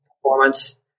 performance